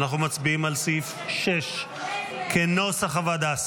אנחנו מצביעים על סעיף 6 כנוסח הוועדה.